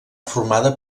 formada